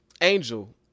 Angel